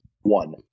one